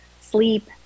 sleep